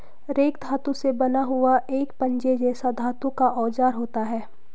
rake धातु से बना हुआ एक पंजे जैसा धातु का औजार होता है